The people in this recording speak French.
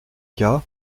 cas